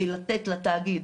לתת לתאגיד,